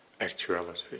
actuality